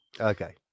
Okay